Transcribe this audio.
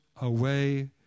away